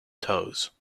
toes